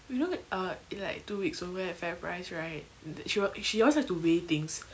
you know uh like two weeks ago at fairprice right she will she always like to weigh things